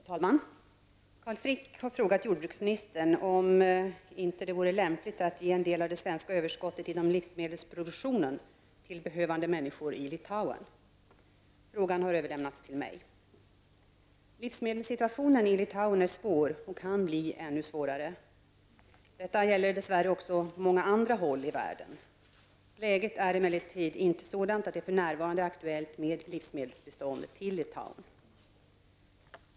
Herr talman! Carl Frick har frågat jordbruksministern om inte det vore lämpligt att ge en del av det svenska överskottet inom livsmedelsproduktionen till behövande människor i Frågan har överlämnats till mig. Livsmedelssituationen i Litauen är svår och kan bli ännu svårare. Detta gäller dess värre också på många andra håll i världen. Läget är emellertid inte sådant att det för närvarande är aktuellt med livsmedelsbistånd till Litauen.